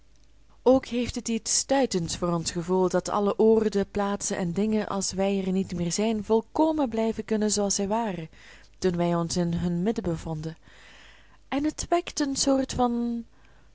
ook heeft het iets stuitends voor ons gevoel dat alle oorden plaatsen en dingen als wij er niet meer zijn volkomen blijven kunnen zooals zij waren toen wij ons in hun midden bevonden en het wekt een soort van